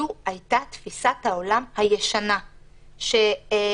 זו הייתה תפיסת העולם הישנה שאומרת,